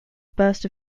burst